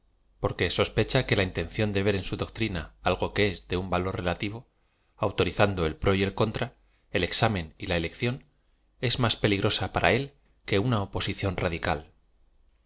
porque sospe cha que la intención de v e r eu bu doctrina algo que es de un valo r relativo autorizando el pro y el contra el examen y la elección es más peligrosa para él que una oposición radical